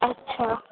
اچھا